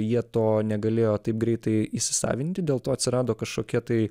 jie to negalėjo taip greitai įsisavinti dėl to atsirado kažkokia tai